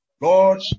Lord